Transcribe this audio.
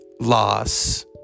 loss